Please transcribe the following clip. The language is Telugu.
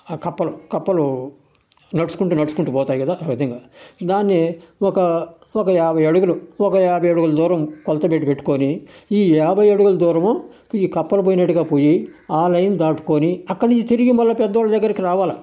ఆ కప్పలు కప్పలు నడుచుకుంటూ నడుచుకుంటూ పోతాయి కదా ఆ విధంగా దాన్ని ఒకా ఒక యాభై అడుగులు ఒక యాభై అడుగుల దూరం కొలత పెట్టి పెట్టుకోని ఈ యాభై అడుగుల దూరము ఈ కప్పలు పోయినట్టుగా పోయి ఆ లైన్ దాటుకొని అక్కడి నించి తిరిగి మళ్ళా పెద్దోళ్ళ దగ్గరికి రావాలి